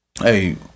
hey